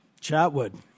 Chatwood